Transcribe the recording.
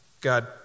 God